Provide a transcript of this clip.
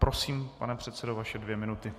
Prosím, pane předsedo, vaše dvě minuty.